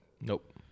Nope